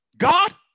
God